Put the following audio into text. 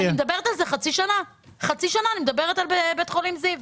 חצי שנה אני מדברת על בית החולים זיו.